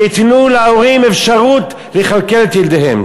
תיתנו להורים אפשרות לכלכל את ילדיהם.